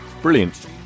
Brilliant